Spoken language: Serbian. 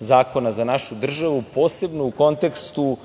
zakona za našu državu, posebno u kontekstu